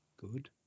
Good